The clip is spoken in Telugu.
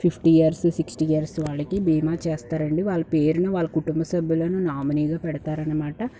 ఫిఫ్టీ ఇయర్స్ సిక్స్టీ ఇయర్స్ వాళ్లకి బీమా చేస్తారండి వాళ్ళ పేర్లు కుటుంబ సభ్యులను నామినీగా పెడతారనమాట